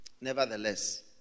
Nevertheless